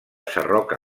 sarroca